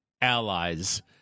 allies